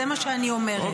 זה מה שאני אומרת.